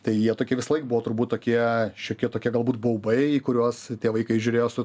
tai jie tokie visąlaik buvo turbūt tokie šiokie tokie galbūt baubai į kuriuos tie vaikai žiūrėjo su